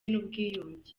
n’ubwiyunge